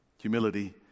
Humility